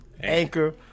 Anchor